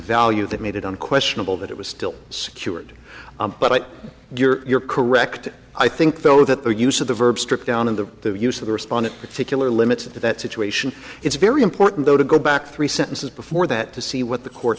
value that made it unquestionable that it was still secured but you're correct i think though that the use of the verb struck down in the use of the respondent particular limits that situation it's very important though to go back three sentences before that to see what the court